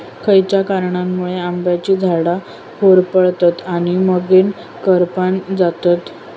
खयच्या कारणांमुळे आम्याची झाडा होरपळतत आणि मगेन करपान जातत?